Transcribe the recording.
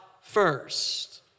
first